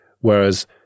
whereas